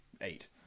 eight